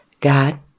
God